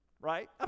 right